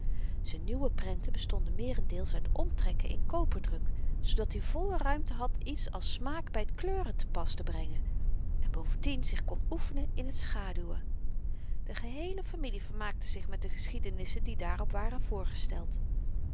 z'n nieuwe prenten bestonden meerendeels uit omtrekken in koperdruk zoodat i volle ruimte had iets als smaak by t kleuren te pas te brengen en bovendien zich kon oefenen in t schaduwen de geheele familie vermaakte zich met de geschiedenissen die daarop waren voorgesteld